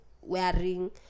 wearing